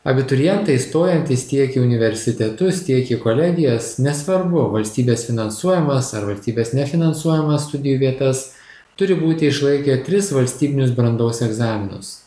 abiturientai stojantys tiek į universitetus tiek į kolegijas nesvarbu valstybės finansuojamas ar valstybės nefinansuojamas studijų vietas turi būti išlaikę tris valstybinius brandos egzaminus